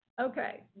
Okay